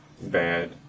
bad